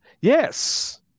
Yes